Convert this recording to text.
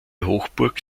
hochburg